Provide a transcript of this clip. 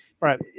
right